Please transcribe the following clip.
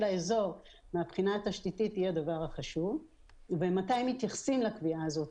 האזור מהבחינה התשתיתית היא הדבר החשוב ומתי מתייחסים לקביעה הזאת,